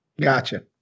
Gotcha